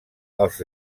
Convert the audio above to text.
als